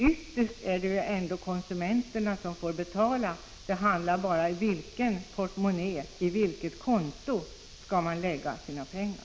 Ytterst är det konsumenterna som får betala. Det handlar bara om på vilket konto man skall lägga sina pengar.